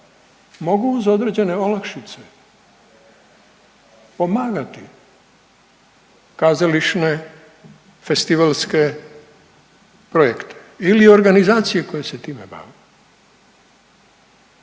mogu uz određene olakšice pomagati kazališne festivalske projekte ili organizacije koje se time bave,